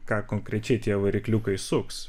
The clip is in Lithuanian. ką konkrečiai tie varikliukai suks